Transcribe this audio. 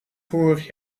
vorig